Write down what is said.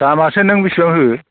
दामासो नों बेसेबां होयो